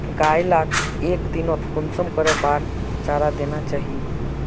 गाय लाक एक दिनोत कुंसम करे बार चारा देना चही?